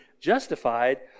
justified